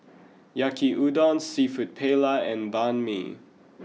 Yaki Udon Seafood Paella and Banh Mi